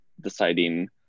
deciding